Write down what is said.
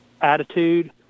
attitude